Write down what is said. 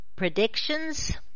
Predictions